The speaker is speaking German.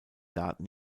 daten